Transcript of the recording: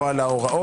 לא על ההוראות,